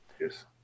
Yes